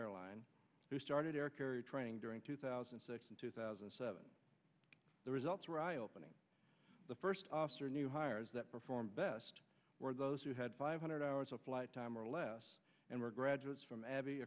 airline who started training during two thousand and six and two thousand and seven the results were eye opening the first officer new hires that performed best were those who had five hundred hours of flight time or less and were graduates from abb